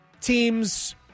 teams